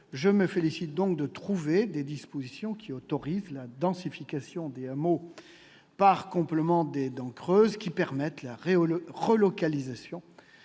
Je me félicite d'y trouver des dispositions autorisant la densification des hameaux par comblement des « dents creuses », qui permettent la relocalisation